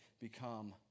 become